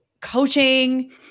coaching